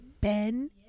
Ben